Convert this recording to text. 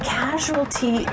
casualty